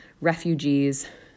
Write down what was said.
refugees